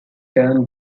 term